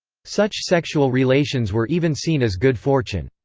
such sexual relations were even seen as good fortune.